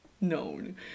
known